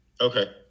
Okay